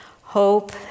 hope